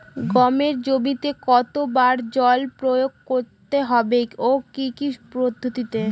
গমের জমিতে কতো বার জল প্রয়োগ করতে হবে ও কি পদ্ধতিতে?